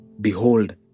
Behold